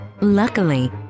Luckily